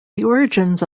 origins